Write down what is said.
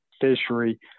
fishery